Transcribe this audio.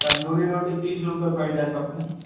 तंदूरी रोटी तीस रूपिए परि जाएत अपने